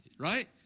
right